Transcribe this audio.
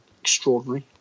extraordinary